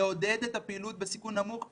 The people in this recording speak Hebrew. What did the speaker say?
צריך לעודד את הפעילות בסיכון נמוך.